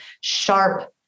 sharp